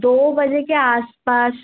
दो बजे के आस पास